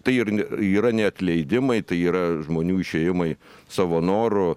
tai ir yra ne atleidimai tai yra žmonių išėjimai savo noru